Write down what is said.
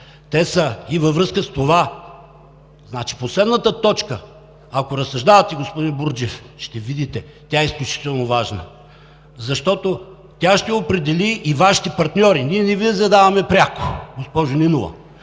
те са и във връзка с това. Последната точка, ако разсъждавате, господин Бурджев, ще видите, че тя е изключително важна, защото тя ще определи и Вашите партньори. Ние не Ви задаваме пряко, госпожо Нинова,